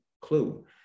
clue